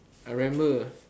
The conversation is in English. I remember